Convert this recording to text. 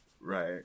right